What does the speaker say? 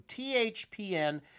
THPN